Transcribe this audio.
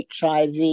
HIV